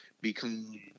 become